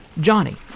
Johnny